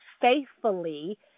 faithfully